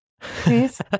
please